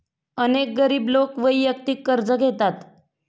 अनेक गरीब लोक वैयक्तिक कर्ज घेतात